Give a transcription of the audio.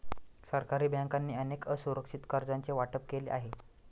सरकारी बँकांनी अनेक असुरक्षित कर्जांचे वाटप केले आहे